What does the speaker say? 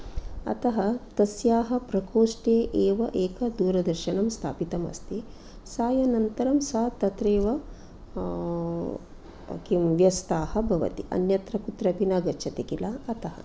अतः तस्याः प्रकोष्टे एव एक दूरदर्शनं स्थापितम् अस्ति सायनन्तरं सा तत्रैव किं व्यस्थाः भवति अन्यत्र कुत्रापि न गच्छति किल अतः